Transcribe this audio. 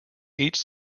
each